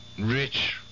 Rich